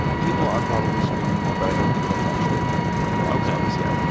people are probably streaming more. but i don't think that's actually affecting box office yet.